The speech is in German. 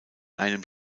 einem